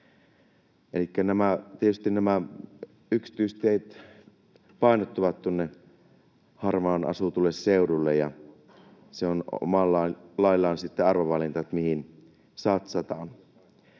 Tietysti nämä yksityistiet painottuvat tuonne harvaan asutulle seudulle, ja se on omalla laillaan sitten arvovalinta, mihin satsataan.